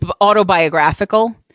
autobiographical